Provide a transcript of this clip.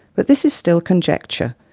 but this is still conjecture.